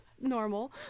normal